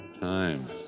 Time